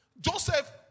Joseph